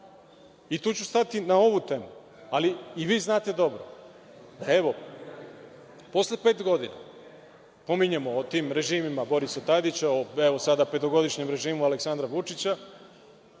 I tu ću stati, na ovu temu. Ali, i vi znate dobro, evo, posle pet godina, pominjanja o tim režimima Borisa Tadića, evo, sada, o petogodišnjem režimu Aleksandra Vučića,